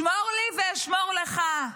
שמור לי ואשמור לך.